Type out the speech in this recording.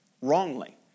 wrongly